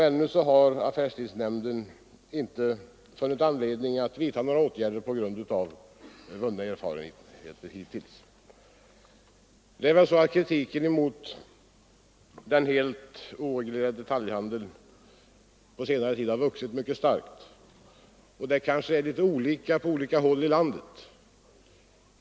Ännu har affärstidsnämnden inte funnit anledning att vidta några åtgärder på grund av vunna erfarenheter. Kritiken mot den helt oreglerade detaljhandeln har på senare tid vuxit mycket starkt. Det kanske är olika på olika håll i landet.